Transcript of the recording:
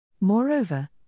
Moreover